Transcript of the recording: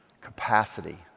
capacity